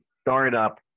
startup